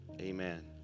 Amen